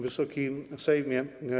Wysoki Sejmie!